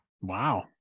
Wow